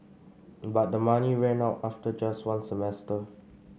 but the money ran out after just one semester